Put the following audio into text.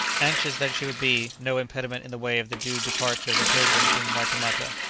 anxious that she should be no impediment in the way of the due departure of the pilgrim from waitemata,